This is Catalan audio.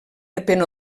depèn